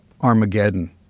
Armageddon